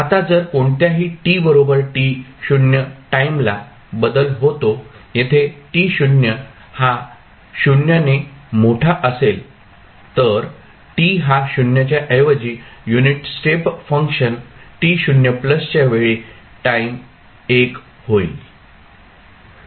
आता जर अचानक कोणत्याही t t0 टाईमला बदल होतो येथे t0 हा 0 ने मोठा असेल तर t हा 0 च्या ऐवजी युनिट स्टेप फंक्शन to च्या वेळी टाईम 1 होईल